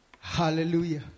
Hallelujah